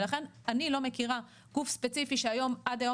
לכן אני לא מכירה גוף ספציפי שעד היום